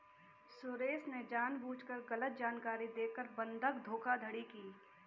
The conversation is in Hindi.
सुरेश ने जानबूझकर गलत जानकारी देकर बंधक धोखाधड़ी की